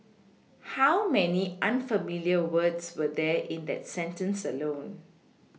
how many unfamiliar words were there in that sentence alone